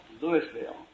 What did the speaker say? Louisville